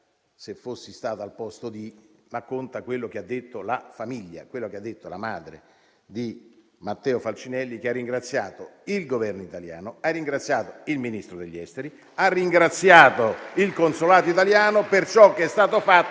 meno della famiglia, ma quello che ha detto la famiglia, quello che ha detto la madre di Matteo Falcinelli, che ha ringraziato il Governo italiano, ha ringraziato il Ministro degli affari esteri, ha ringraziato il consolato italiano per ciò che è stato fatto